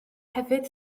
hefyd